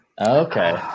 Okay